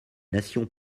nations